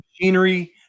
machinery